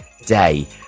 day